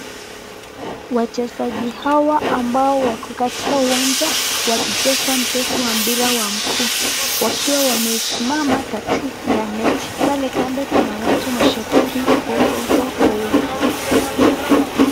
Wachezaji hawa ambao wako katika uwanja wakicheza mchezo wa mpira wa miguu ,wakiwa wamesimama karibu na neti pale bado kuna mashapiki wakiwa wengi.